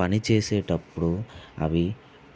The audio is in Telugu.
పని చేసేటప్పుడు అవి